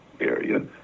area